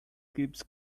gifts